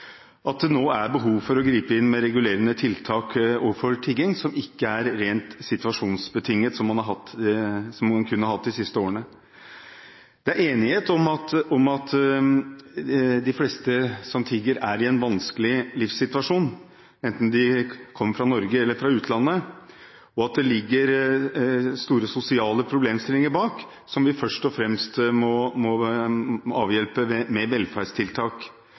at det nå er behov for å gripe inn med regulerende tiltak overfor tigging som ikke er rent situasjonsbetinget, noe man kun har hatt de siste årene. Det er enighet om at de fleste som tigger, er i en vanskelig livssituasjon, enten de kommer fra Norge eller fra utlandet, og at det ligger store sosiale problemstillinger bak, som vi først og fremst må avhjelpe med velferdstiltak